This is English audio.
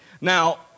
Now